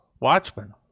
Watchmen